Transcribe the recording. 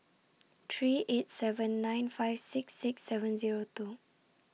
three eight seven nine five six six seven Zero two